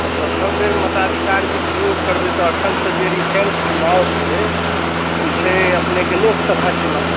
तऽ प्रथम बेर मताधिकारके प्रयोग करबै तऽ एखनि तऽ जे रिसेंट चुनाव छै ओ छै अपनेके लोकसभा चुनाव